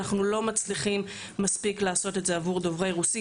אנחנו לא מצליחים לעשות את זה מספיק עבור דוברי רוסית.